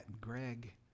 Greg